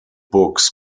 books